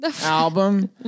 album